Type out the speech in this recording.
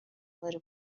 داره